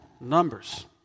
Numbers